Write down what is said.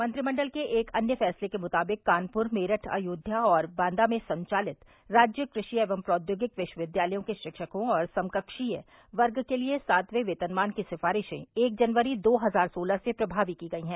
मंत्रिमंडल के एक अन्य फैसले के मुताबिक कानप्र मेरठ अयोध्या और बांदा में संचालित राज्य कृषि एवं प्रौद्योगिकी विश्वविद्यालयों के शिक्षकों और समकक्षीय वर्ग के लिए सातवें येतनमान की सिफारिशें एक जनवरी दो हजार सोलह से प्रभावी की गयी है